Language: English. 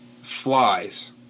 flies